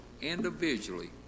individually